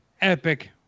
epic